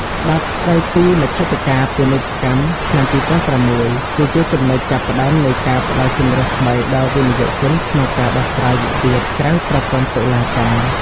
ច្បាប់ស្ដីពីមជ្ឈត្តការពាណិជ្ជកម្មឆ្នាំ ២០០៦ គឺជាចំណុចចាប់ផ្ដើមនៃការផ្ដល់ជម្រើសថ្មីដល់វិនិយោគិនក្នុងការដោះស្រាយវិវាទក្រៅប្រព័ន្ធតុលាការ។